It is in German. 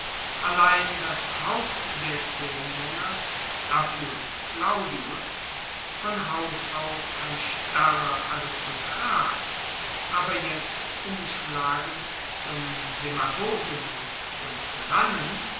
allein das haupt der zehnmaenner appius claudius von haus aus ein starrer aristokrat aber jetzt umschlagend zum demagogen und zum tyrannen